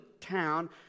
town